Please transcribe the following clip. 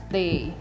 day